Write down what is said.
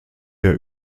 der